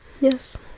Yes